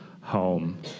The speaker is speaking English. home